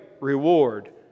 reward